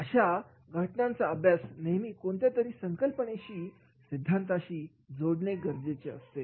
अशा घटनांचा अभ्यास नेहमी कोणत्या तरी संकल्पनेशी सिद्धांताशी जोडलेले असणे गरजेचे असते